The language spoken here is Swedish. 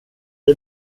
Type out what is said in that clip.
var